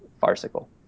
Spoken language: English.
farcical